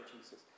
Jesus